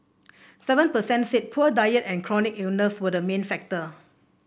seven percent said poor diet and chronic illness were the main factors